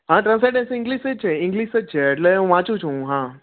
હા transcendence English જ છે ઈંગ્લીશ જ એટલે હું વાંચું છું હું હા